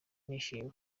nishimiye